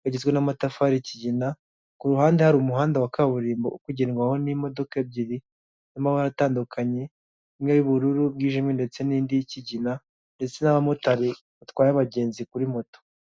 kagizwe n'amatafari kigina, ku ruhande hari umuhanda wa kaburimbo uri kugendwaho n'imodoka ebyiri z'amabara atandukanye imwe y'ubururu bwijimye ndetse n'indi y'ikigina ndetse n'abamotari batwaye abagenzi kuri moto.